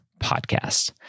podcast